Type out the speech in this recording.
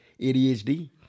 ADHD